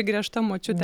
griežta močiutė